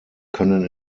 können